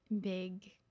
big